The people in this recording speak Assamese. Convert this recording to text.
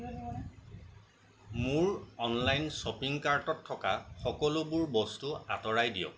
মোৰ অনলাইন শ্বপিং কাৰ্টত থকা সকলোবোৰ বস্তু আতৰাই দিয়ক